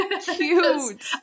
Cute